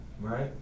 right